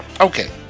Okay